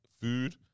food